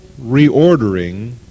reordering